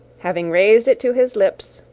having raised it to his lips,